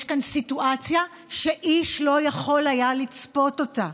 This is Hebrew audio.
יש כאן סיטואציה שאיש לא יכול היה לצפות אותה,